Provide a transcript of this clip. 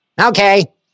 Okay